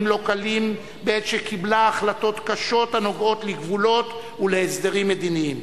לא קלים בעת שקיבלה החלטות קשות הנוגעות לגבולות ולהסדרים מדיניים.